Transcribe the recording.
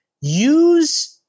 use